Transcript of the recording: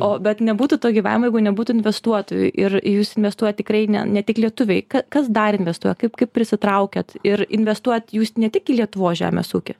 o bet nebūtų to gyvavimo jeigu nebūtų investuotojų ir į jūs investuoja tikrai ne ne tik lietuviai kas dar investuoja kaip kaip prisitraukiat ir investuojat jūs ne tik į lietuvos žemės ūkį